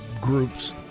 groups